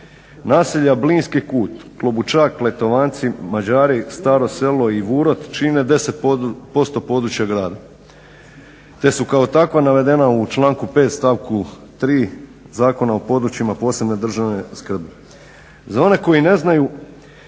Naselja Blinski kut, Klobučak, Kletovanci, Mađari, Staro selo i Vurot čine 10% područja grada, te su kako takva navedena u članku 5. stavku 3. Zakona o područjima posebne državne skrbi. Za one koji ne znaju,